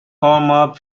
palmer